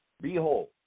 Behold